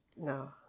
no